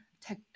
tech